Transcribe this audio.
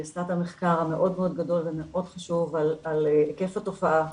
היא עשתה את המחקר המאוד מאוד גדול ומאוד חשוב על היקף התופעה.